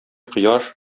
кояш